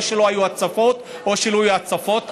לא שלא היו הצפות או שלא יהיו הצפות,